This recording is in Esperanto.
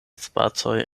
spacoj